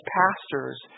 pastors